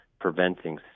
preventing